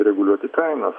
reguliuoti kainas